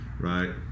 Right